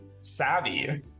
savvy